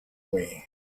way